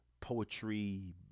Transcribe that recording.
poetry